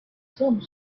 some